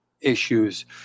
issues